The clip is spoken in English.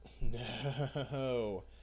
No